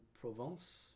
Provence